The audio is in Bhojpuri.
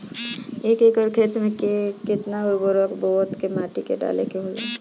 एक एकड़ खेत में के केतना उर्वरक बोअत के माटी डाले के होला?